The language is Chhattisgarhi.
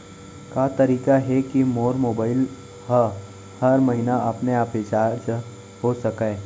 का तरीका हे कि मोर मोबाइल ह हर महीना अपने आप रिचार्ज हो सकय?